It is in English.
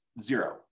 zero